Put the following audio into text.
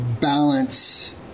balance